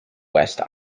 west